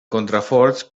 contraforts